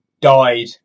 died